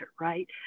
right